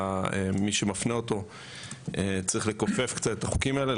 ומי שמפנה אותו צריך לכופף קצת את החוקים האלה.